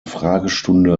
fragestunde